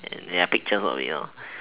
then then there are pictures of it